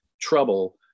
trouble